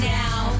now